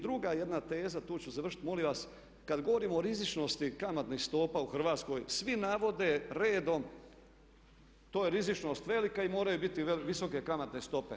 Druga jedna teza, tu ću završiti molim vas, kad govorimo o rizičnosti kamatnih stopa u Hrvatskoj svi navode redom to je rizičnost velika i moraju biti visoke kamatne stope.